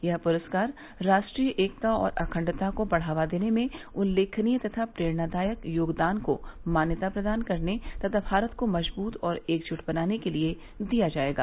यह पुरस्कार राष्ट्रीय एकता और अखंडता को बढ़ावा देने में उल्लेखनीय तथा प्रेरणादायक योगदान को मान्यता प्रदान करने तथा भारत को मजबूत और एकजुट बनाने के लिए दिया जायेगा